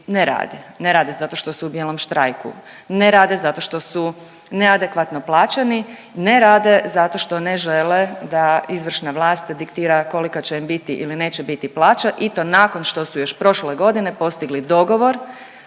ne rade. Ne rade zato što su u bijelom štrajku, ne rade zato što su neadekvatno plaćeni, ne rade zato što ne žele da izvršna vlast diktira kolika će im biti ili neće biti plaća i to nakon što su još prošle godine postigli dogovor